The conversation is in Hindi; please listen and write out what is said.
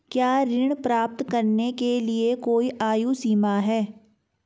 क्या ऋण प्राप्त करने के लिए कोई आयु सीमा है?